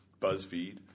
BuzzFeed